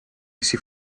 essi